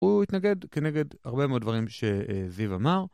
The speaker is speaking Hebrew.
הוא התנגד כנגד הרבה מאוד דברים שזיו אמר